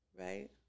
Right